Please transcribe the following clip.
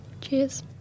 Cheers